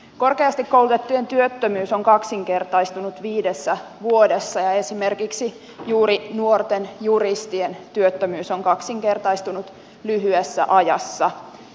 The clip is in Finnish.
korkeasti koulutettujen työttömyys on kaksinkertaistunut viidessä vuodessa ja esimerkiksi juuri nuorten juristien työttömyys on kaksinkertaistunut lyhyessä ajassa